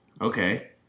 Okay